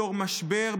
בתור משבר,